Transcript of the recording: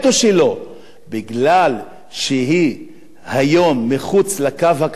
מפני שהיא היום מחוץ לקו הכחול של היישוב.